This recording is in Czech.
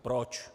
Proč?